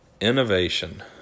Innovation